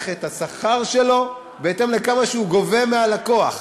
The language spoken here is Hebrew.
את השכר שלו בהתאם לכמה שהוא גובה מהלקוח,